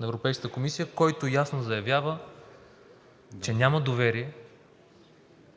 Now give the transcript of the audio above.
на Европейската комисия, който ясно заявява, че няма доверие